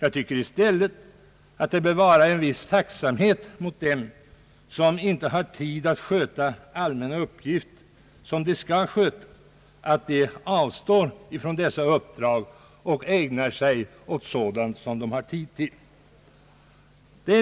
I stället bör man väl vara tacksam om någon, som inte har tid att sköta allmänna uppgifter, avstår från dessa för att i stället ägna sig åt uppdrag som han har tid till.